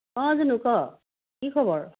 অঁ জুনু ক কি খবৰ